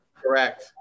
Correct